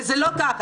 וזה לא ככה,